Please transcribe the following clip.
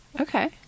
Okay